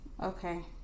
Okay